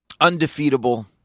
undefeatable